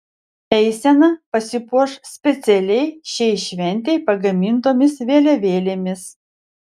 eisena pasipuoš specialiai šiai šventei pagamintomis vėliavėlėmis